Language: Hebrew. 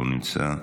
לא נמצא,